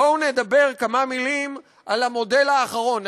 בואו נאמר כמה מילים על המודל האחרון,